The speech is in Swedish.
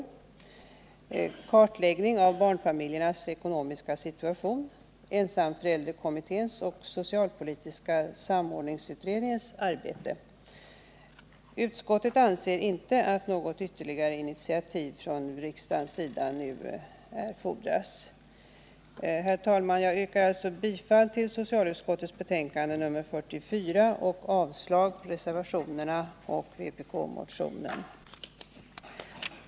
Det gäller kartläggningen av barnfamiljernas ekonomiska situation samt ensamförälderkommitténs och socialpolitiska samordningsutredningens arbete. Utskottet anser således inte att något ytterligare initiativ från riksdagens sida nu erfordras. Herr talman! Jag yrkar alltså bifall till hemställan i socialutskottets betänkande nr 44 och avslag på reservationerna och vpk-motionen.